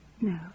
No